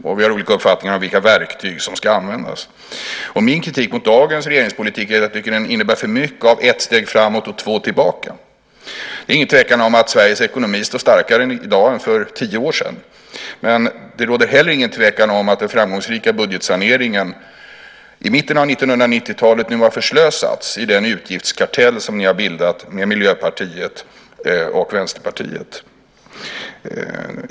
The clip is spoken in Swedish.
Vi har också olika uppfattningar om vilka verktyg som ska användas. Min kritik mot dagens regeringspolitik är att jag tycker att den innebär för mycket av ett steg framåt och två tillbaka. Det är ingen tvekan om att Sveriges ekonomi står starkare i dag än för tio år sedan. Men det råder heller ingen tvekan om att den framgångsrika budgetsaneringen i mitten av 1990-talet nu har förslösats i den utgiftskartell som ni har bildat med Miljöpartiet och Vänsterpartiet.